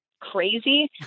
crazy